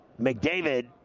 McDavid